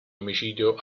omicidio